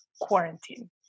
quarantine